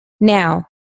Now